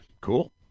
Cool